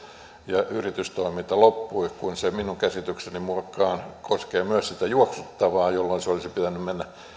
ja yritystoiminta loppui kun se minun käsitykseni mukaan koskee myös sitä juoksuttavaa jolloin sen olisi pitänyt mennä